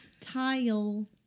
Tile